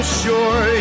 sure